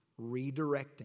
redirecting